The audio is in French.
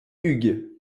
hugues